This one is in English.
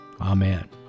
Amen